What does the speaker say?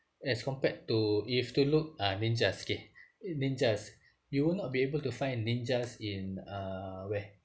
as compared to you were to look ah ninjas okay ninjas you will not be able to find ninjas in uh where